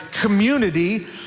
community